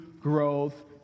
growth